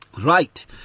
Right